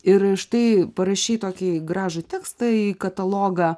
ir štai parašyt tokį gražų tekstą į katalogą